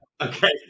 Okay